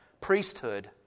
priesthood